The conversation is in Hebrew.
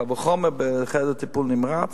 קל וחומר לחדר טיפול נמרץ.